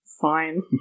Fine